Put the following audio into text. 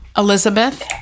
Elizabeth